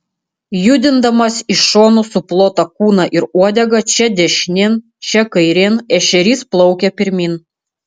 judindamas iš šonų suplotą kūną ir uodegą čia dešinėn čia kairėn ešerys plaukia pirmyn